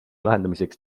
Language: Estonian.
lahendamiseks